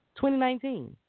2019